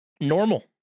normal